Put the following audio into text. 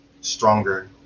stronger